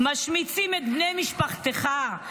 משמיצים את בני משפחתך,